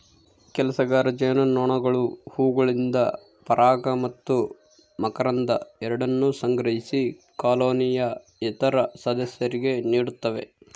ಕೆಲಸಗಾರ ಜೇನುನೊಣಗಳು ಹೂವುಗಳಿಂದ ಪರಾಗ ಮತ್ತು ಮಕರಂದ ಎರಡನ್ನೂ ಸಂಗ್ರಹಿಸಿ ಕಾಲೋನಿಯ ಇತರ ಸದಸ್ಯರಿಗೆ ನೀಡುತ್ತವೆ